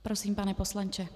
Prosím, pane poslanče.